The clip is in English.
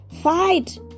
Fight